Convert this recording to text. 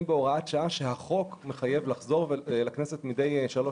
בהוראת שעה שיש לחדש פעם בכמה שנים.